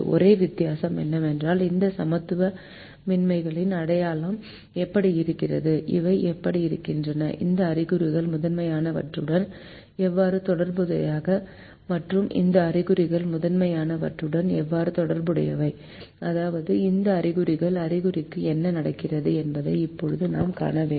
ஒரே வித்தியாசம் என்னவென்றால் இந்த சமத்துவமின்மைகளின் அடையாளம் எப்படி இருக்கிறது இவை எப்படி இருக்கின்றன இந்த அறிகுறிகள் முதன்மையானவற்றுடன் எவ்வாறு தொடர்புடையவை மற்றும் இந்த அறிகுறிகள் முதன்மையானவற்றுடன் எவ்வாறு தொடர்புடையவை அதாவது இந்த அறிகுறிகளின் அறிகுறிக்கு என்ன நடக்கிறது என்பதை இப்போது நாம் காண வேண்டும்